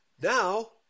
Now